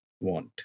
want